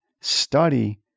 study